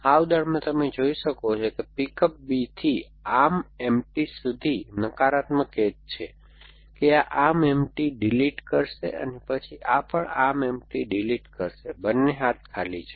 આ ઉદાહરણમાં તમે જોઈ શકો છો કે પિક અપ b થી આર્મ એમ્પ્ટી સુધી નકારાત્મક એજ છે કે આ આર્મ એમ્પ્ટી ડીલીટ કરશે અને આ પણ આર્મ એમ્પ્ટી ડીલીટ કરશે બંને હાથ ખાલી છે